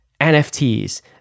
NFTs